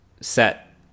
set